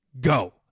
go